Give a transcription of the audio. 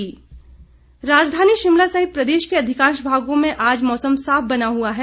मौसम राजधानी शिमला सहित प्रदेश के अधिकांश भागों में आज मौसम साफ बना हुआ है